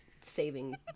saving